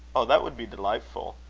oh! that would be delightful!